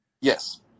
Yes